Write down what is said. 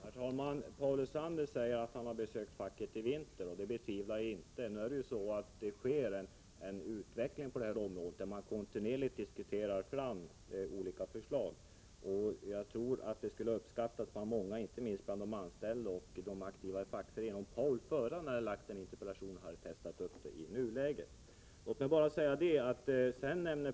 Herr talman! Paul Lestander säger att han har besökt facket i vinter. Det betvivlar jag inte. Men nu är det ju så att det pågår en utveckling på detta område, där man kontinuerligt diskuterar fram olika förslag. Jag tror det skulle ha uppskattats av många, inte minst bland de anställda och bland de aktiva inom fackföreningen, om Paul Lestander innan han framställde den här interpellationen hade låt mig säga testat upp den i nuläget.